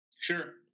Sure